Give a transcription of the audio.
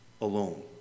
alone